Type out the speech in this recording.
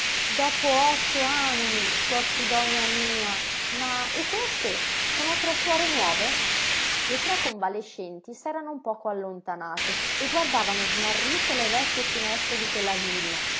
dopo otto anni suor sidonia mia mah e queste sono tre suore nuove le tre convalescenti s'erano un poco allontanate e guardavano smarrite le vecchie finestre di quella villa